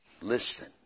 Listen